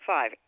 Five